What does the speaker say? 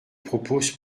propose